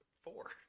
Four